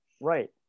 Right